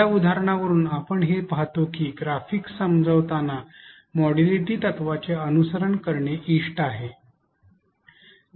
या उदाहरणावरून आपण हे पाहतो की ग्राफिक्स समजावताना मोडॅलिटी तत्त्वाचे अनुसरण करणे इष्ट आहे